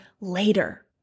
later